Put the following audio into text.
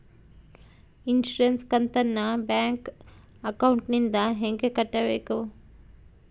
Insurance ಕಂತನ್ನ bank ಅಕೌಂಟಿಂದ ಹೆಂಗ ಕಟ್ಟಬೇಕು?